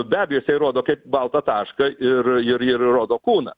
be abejo jisai rodo kaip baltą tašką ir ir ir rodo kūną